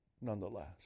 nonetheless